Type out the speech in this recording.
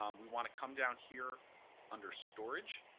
um we want to come down here under storage,